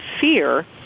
fear